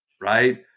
right